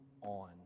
on